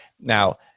Now